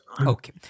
Okay